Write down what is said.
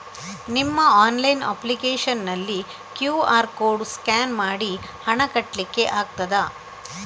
ನಿಮ್ಮ online application ನಲ್ಲಿ QR code scan ಮಾಡಿ ಹಣ ಕಟ್ಲಿಕೆ ಆಗ್ತದ?